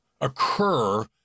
occur